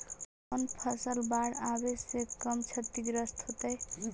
कौन फसल बाढ़ आवे से कम छतिग्रस्त होतइ?